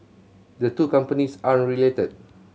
the two companies aren't related